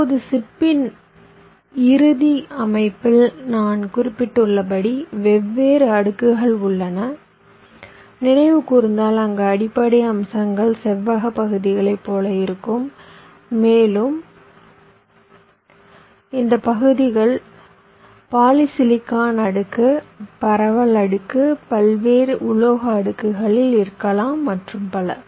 இப்போது சிப்பின் இறுதி அமைப்பில் நான் குறிப்பிட்டுள்ளபடி வெவ்வேறு அடுக்குகள் உள்ளன நினைவு கூர்ந்தால் அங்கு அடிப்படை அம்சங்கள் செவ்வக பகுதிகளைப் போல இருக்கும் மேலும் இந்த பகுதிகள் பாலிசிலிகான் அடுக்கு பரவல் அடுக்கு பல்வேறு உலோக அடுக்குகளில் இருக்கலாம் மற்றும் பல